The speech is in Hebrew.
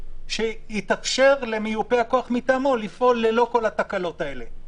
שיתאפשר למיופה הכוח מטעמו לפעול ללא התקלות האלה?